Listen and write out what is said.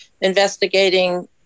investigating